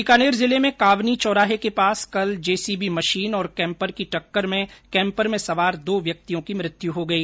बीकानेर जिले में कावनी चौराहे के पास कल जेसीबी मशीन और कैम्पर की टक्कर में कैम्पर में सवार दो व्यक्तियों की मृत्यु हो गई